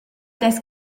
dess